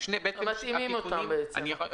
מתאימים את התיקונים בעצם.